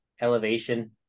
elevation